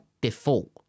default